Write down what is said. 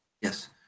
Yes